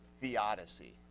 theodicy